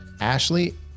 Ashley